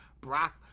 Brock